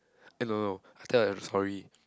eh no no I tell her I'm sorry